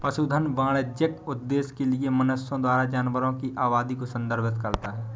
पशुधन वाणिज्यिक उद्देश्य के लिए मनुष्यों द्वारा जानवरों की आबादी को संदर्भित करता है